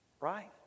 Right